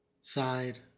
side